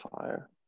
fire